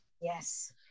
Yes